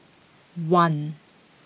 one